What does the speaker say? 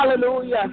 Hallelujah